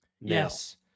Yes